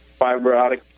fibrotic